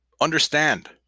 understand